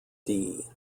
dee